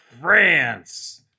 France